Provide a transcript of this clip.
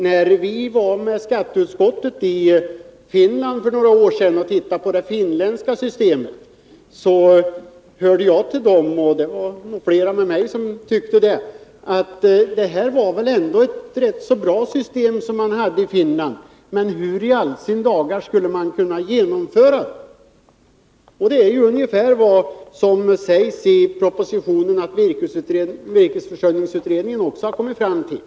När skatteutskottet var i Finland för några år sedan och studerade det finländska systemet, tyckte jag och flera med mig att det var ett rätt bra system som man hade där. Men hur i all sin dar skulle det vara möjligt att genomföra systemet? Det är också ungefär vad man i propositionen skriver att virkesförsörjningsutredningen har kommit fram till.